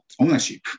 ownership